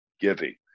giving